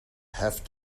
have